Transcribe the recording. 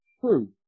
True